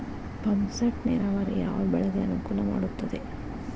Pump set ನೇರಾವರಿ ಯಾವ್ ಬೆಳೆಗೆ ಅನುಕೂಲ ಮಾಡುತ್ತದೆ?